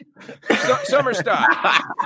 Summerstock